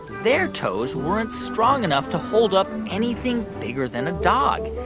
their toes weren't strong enough to hold up anything bigger than a dog.